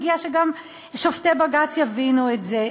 הגיע הזמן שגם שופטי בג"ץ יבינו את זה,